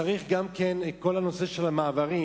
צריך גם את כל הנושא של המעברים,